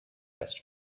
best